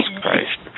Christ